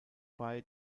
bei